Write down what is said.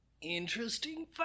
Interesting